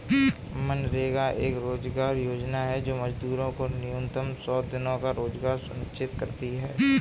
मनरेगा एक रोजगार योजना है जो मजदूरों को न्यूनतम सौ दिनों का रोजगार सुनिश्चित करती है